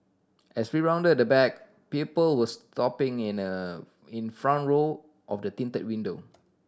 as we rounded the back people were stopping in a in front of the tinted window